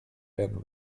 been